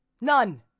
None